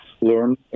learn